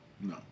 No